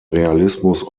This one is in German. realismus